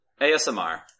ASMR